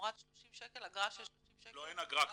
תמורת אגרה של 30 שקל --- לא, אין אגרה כבר.